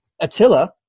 Attila